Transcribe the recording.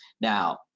Now